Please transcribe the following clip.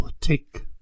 take